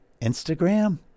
Instagram